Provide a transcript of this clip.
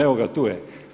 Evo ga, tu je.